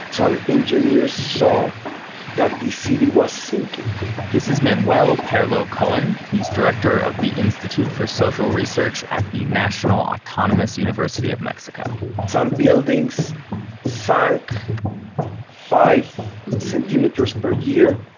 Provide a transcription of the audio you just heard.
some engineers saw that the city was sinking this is manuel perlo cohen. he's director of the institute for social research at the national autonomous university of mexico some buildings sunk five centimeters per year,